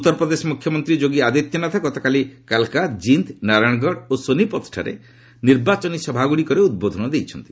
ଉତ୍ତରପ୍ରଦେଶ ମୁଖ୍ୟମନ୍ତ୍ରୀ ଯୋଗୀ ଆଦିତ୍ୟନାଥ ଗତକାଲି କାଲକା ଜିନ୍ଦ୍ ନାରାୟଣଗଡ଼ ଓ ସୋନିପଥଠାରେ ନିର୍ବାଚନୀ ସଭାଗ୍ରଡ଼ିକରେ ଉଦ୍ବୋଧନ ଦେଇଛନ୍ତି